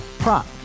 Prop